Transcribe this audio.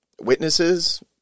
witnesses